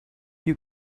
you